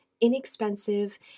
inexpensive